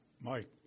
Mike